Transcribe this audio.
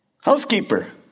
Housekeeper